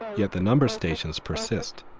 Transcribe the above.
yet the numbers stations persist.